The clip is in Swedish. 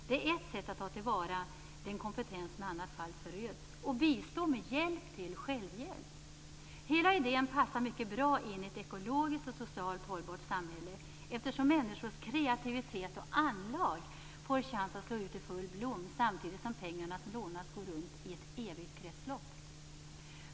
Det är ett sätt att ta till vara den kompetens som i annat fall föröds och bistå med hjälp till självhjälp. Hela idén passar mycket bra in i ett ekologiskt och socialt hållbart samhälle, eftersom människors kreativitet och anlag får chans att slå ut i full blom samtidigt som pengarna som lånas går runt i ett evigt kretslopp.